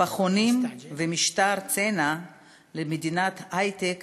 פחונים ומשטר צנע למדינת היי-טק